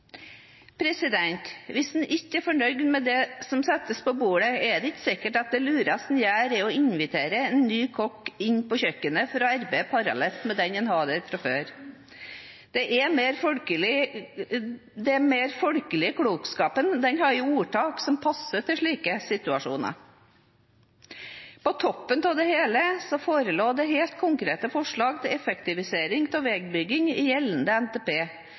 Hvis man ikke er fornøyd med det som settes på bordet, er det ikke sikkert at det lureste man gjør, er å invitere en ny kokk inn på kjøkkenet for å arbeide parallelt med den man hadde der fra før. Den mer folkelige klokskapen har ordtak som passer til slike situasjoner. På toppen av det hele forelå det helt konkrete forslag til effektivisering av veibyggingen i gjeldende NTP